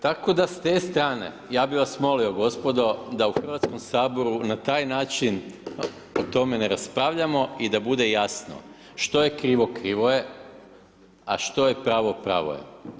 Tako da s te strane, ja bih vas molio gospodo da u Hrvatskom saboru na taj način o tome ne raspravljamo i da bude jasno što je krivo krivo je a što je pravo pravo je.